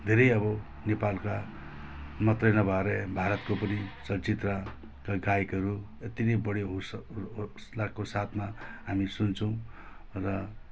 धेरै अब नेपालका मात्रै नभएर यहाँ भारतको पनि चलचित्र र गायकहरू त्यति नै बढी हौस हौसलाको साथमा हामी सुन्छौँ र